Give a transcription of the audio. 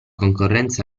concorrenza